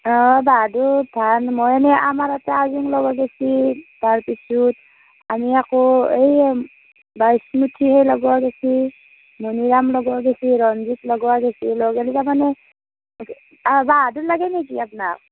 অঁ বাহাদুৰ ধান মই এনে আমাৰ ইয়াতে আইজোং লগোৱা গৈছে তাৰপিছত আমি আকৌ এই বাচমতি সেই লগোৱা গৈছে মণিৰাম লগোৱা গৈছে ৰঞ্জিত লগোৱা গৈছে লগালে তাৰমানে বাহাদুৰ লাগে নেকি আপোনাক